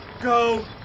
Go